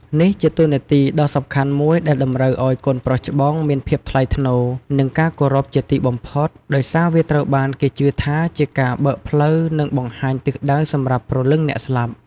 នេះជាតួនាទីដ៏សំខាន់មួយដែលតម្រូវឲ្យកូនប្រុសច្បងមានភាពថ្លៃថ្នូរ និងការគោរពជាទីបំផុត ដោយសារវាត្រូវបានគេជឿថាជាការបើកផ្លូវ និងបង្ហាញទិសដៅសម្រាប់ព្រលឹងអ្នកស្លាប់។